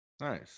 Nice